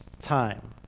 time